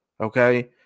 okay